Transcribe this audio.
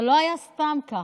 זה לא היה סתם ככה.